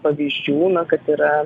pavyzdžių na kad yra